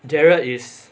gerald is